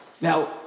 Now